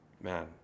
man